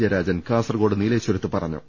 ജയരാജൻ കാസർക്കോട്ട് നീലേശ്വരത്ത് പറ ഞ്ഞു